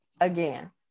again